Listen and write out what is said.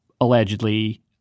allegedly